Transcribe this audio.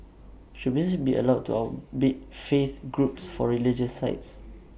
should businesses be allowed to outbid faith groups for religious sites